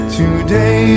today